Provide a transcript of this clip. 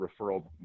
referral